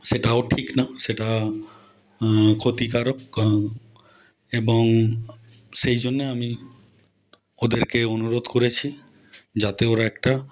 সেটাও ঠিক না সেটা ক্ষতিকারক এবং সেই জন্যে আমি ওদেরকে অনুরোধ করেছি যাতে ওরা একটা